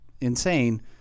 insane